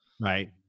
Right